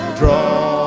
draw